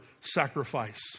sacrifice